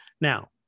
Now